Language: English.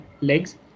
legs